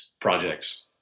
projects